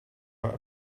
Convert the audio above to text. write